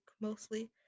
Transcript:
mostly